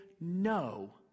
no